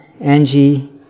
Angie